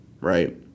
right